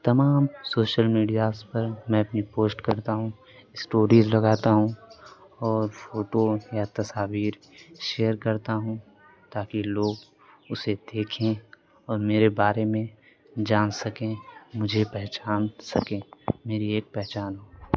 تمام social medias پر میں اپنی پوشٹ کرتا ہوں اسٹوریز لگاتا ہوں اور فوٹو یا تصاویر شیئر کرتا ہوں تاکہ لوگ اسے دیکھیں اور میرے بارے میں جان سکیں مجھے پہچان سکیں میری ایک پہچان ہو